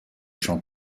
chants